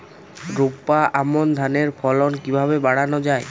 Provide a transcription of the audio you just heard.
রোপা আমন ধানের ফলন কিভাবে বাড়ানো যায়?